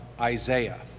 Isaiah